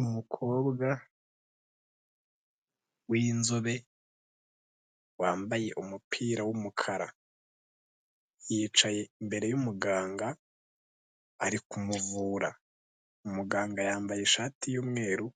Umukobwa w'inzobe wambaye umupira w'umukara, yicaye imbere y'umuganga ari kumuvura, umuganga yambaye ishati y'umweru